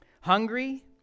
Hungry